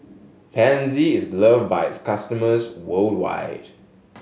pansy is loved by its customers worldwide